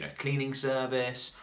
ah cleaning service,